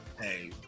Hey